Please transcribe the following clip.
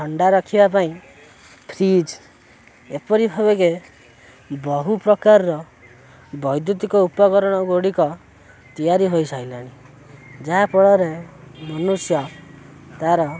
ଥଣ୍ଡା ରଖିବା ପାଇଁ ଫ୍ରିଜ୍ ଏପରି ଭାବେକେ ବହୁ ପ୍ରକାରର ବୈଦ୍ୟୁତିକ ଉପକରଣ ଗୁଡ଼ିକ ତିଆରି ହୋଇସାଇଲାଣି ଯାହାଫଳରେ ମନୁଷ୍ୟ ତା'ର